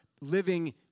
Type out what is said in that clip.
living